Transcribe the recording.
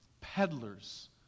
peddlers